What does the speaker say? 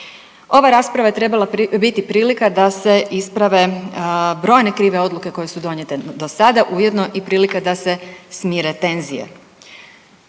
Ova rasprava je trebala biti prilika da se isprave brojne krive odluke koje su donijete do sada, ujedno i prilika da se smire tenzije.